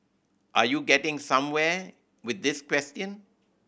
are you getting somewhere with this question